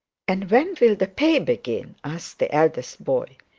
and when will the pay begin asked the eldest boy.